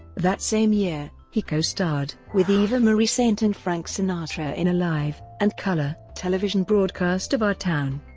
that same year, he co-starred with eva marie saint and frank sinatra in a live and color television broadcast of our town,